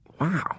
Wow